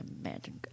imagine